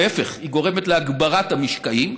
להפך, היא גורמת להגברת המשקעים: